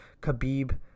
Khabib